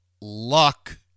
luck